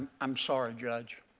um sorry, judge,